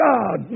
God